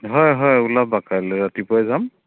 হয় হয় ওলাবা কাইলৈ ৰাতিপুৱাই যাম